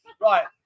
Right